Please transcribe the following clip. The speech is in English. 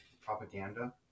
propaganda